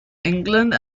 england